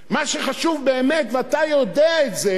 מה שחשוב באמת, אם אתה יודע את זה,